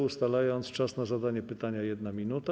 Ustalam czas na zadanie pytania - 1 minuta.